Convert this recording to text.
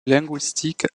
linguistiques